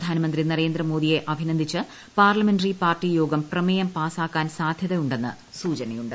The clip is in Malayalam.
പ്രധാനമന്ത്രി നരേന്ദ്ര മോദിയെ അഭിനന്ദിച്ച് പാർലമെന്ററി പാർട്ടി യോഗം പ്രമേയം പാസ്സാക്കാൻ സാധ്യതയുണ്ടെന്ന് സൂചനയുണ്ട്